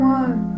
one